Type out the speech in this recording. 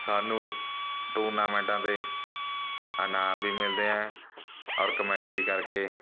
ਸਾਨੂੰ ਟੂਰਨਾਮੈਂਟਾਂ ਦੇ ਇਨਾਮ ਵੀ ਮਿਲਦੇ ਹੈ ਔਰ ਕਮੈਂਟਰੀ ਕਰਕੇ